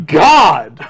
god